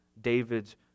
David's